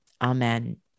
Amen